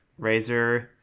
Razer